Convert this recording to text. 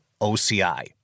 OCI